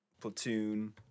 Platoon